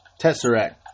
Tesseract